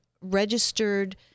registered